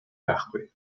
байхгүй